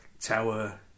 Tower